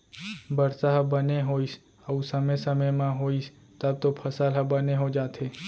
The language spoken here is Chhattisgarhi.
बरसा ह बने होइस अउ समे समे म होइस तब तो फसल ह बने हो जाथे